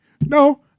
no